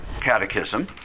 catechism